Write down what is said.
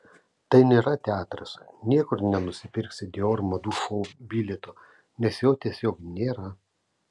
tai nėra teatras niekur nenusipirksi dior madų šou bilieto nes jo tiesiog nėra